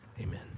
Amen